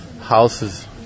houses